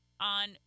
On